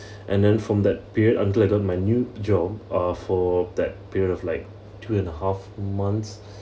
and then from that period until I got my new job uh for that period of like two and a half months